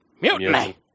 Mutiny